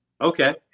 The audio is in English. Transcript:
Okay